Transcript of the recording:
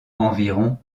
environ